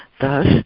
Thus